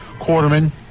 quarterman